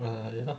ah